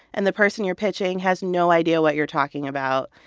and the person you're pitching has no idea what you're talking about.